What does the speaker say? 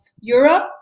Europe